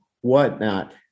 whatnot